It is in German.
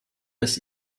dass